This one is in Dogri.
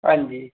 हांजी